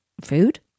food